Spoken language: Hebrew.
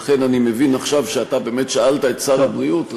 לכן אני מבין עכשיו שאתה באמת שאלת את שר הבריאות,